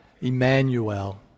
Emmanuel